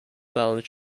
balance